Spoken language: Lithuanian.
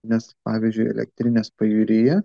nes pavyzdžiui elektrinės pajūryje